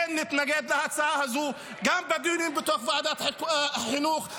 נתנגד להצעה הזו גם בדיונים בתוך ועדת חינוך.